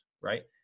right